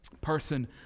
person